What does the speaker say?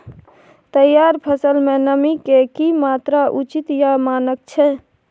तैयार फसल में नमी के की मात्रा उचित या मानक छै?